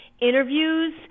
interviews